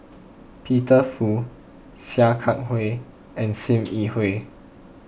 Peter Fu Sia Kah Hui and Sim Yi Hui